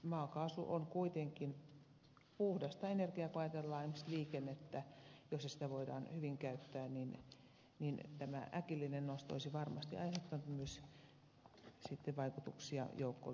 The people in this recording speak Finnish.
kun ajatellaan esimerkiksi liikennettä jossa sitä voidaan hyvin käyttää tämä äkillinen nosto olisi varmasti vaikuttanut myös sitten joukkoliikenteeseen